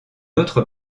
autre